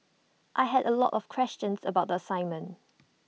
I had A lot of questions about the assignment